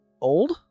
old